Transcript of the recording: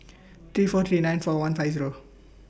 three four three nine four one five Zero